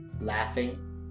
laughing